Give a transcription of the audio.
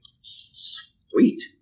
Sweet